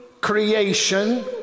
creation